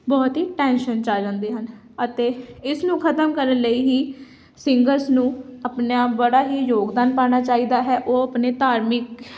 ਬਹੁਤ ਹੀ ਟੈਨਸ਼ਨ 'ਚ ਆ ਜਾਂਦੇ ਹਨ ਅਤੇ ਇਸ ਨੂੰ ਖਤਮ ਕਰਨ ਲਈ ਹੀ ਸਿੰਗਰਸ ਨੂੰ ਆਪਣੇ ਆਪ ਬੜਾ ਹੀ ਯੋਗਦਾਨ ਪਾਉਣਾ ਚਾਹੀਦਾ ਹੈ ਉਹ ਆਪਣੇ ਧਾਰਮਿਕ